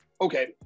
Okay